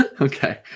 Okay